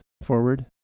Forward